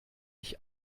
ich